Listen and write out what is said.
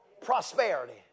prosperity